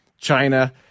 China